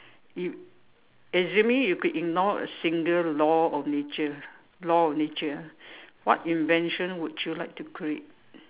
you assuming you could ignore a single law of nature law of nature ah what invention would you like to create